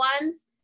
ones